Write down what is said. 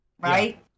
right